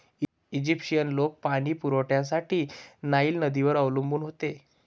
Egyptian लोक पाणी पुरवठ्यासाठी नाईल नदीवर अवलंबून होते